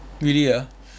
really ah